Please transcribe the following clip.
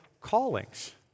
callings